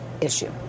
issue